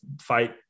fight